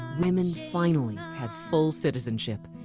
women finally ah had full citizenship.